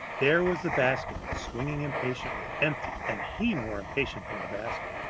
there was the basket swinging impatiently, empty, and he more impatient than the basket.